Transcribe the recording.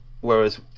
whereas